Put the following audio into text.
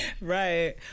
right